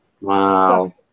Wow